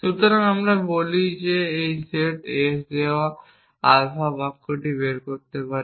সুতরাং আমরা বলি যে আমরা সেট s দেওয়া আলফা বাক্যটি বের করতে পারি